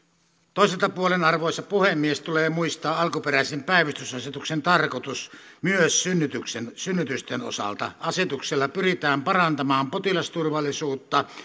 toiselta puolen arvoisa puhemies tulee muistaa alkuperäisen päivystysasetuksen tarkoitus myös synnytysten osalta asetuksella pyritään parantamaan potilasturvallisuutta